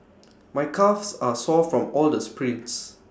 my calves are sore from all the sprints